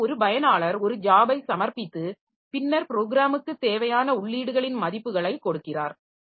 எனவே ஒரு பயனாளர் ஒரு ஜாபை சமர்ப்பித்து பின்னர் ப்ரோக்கிராமுக்குத் தேவையான உள்ளீடுகளின் மதிப்புகளைக் கொடுக்கிறார்